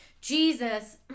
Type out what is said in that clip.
Jesus